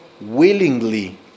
willingly